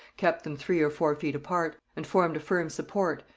kept them three or four feet apart, and formed a firm support,